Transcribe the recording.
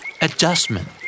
Adjustment